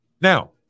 Now